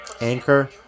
anchor